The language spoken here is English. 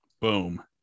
Boom